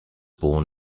born